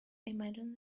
imagine